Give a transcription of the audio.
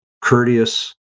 courteous